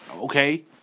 okay